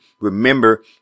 Remember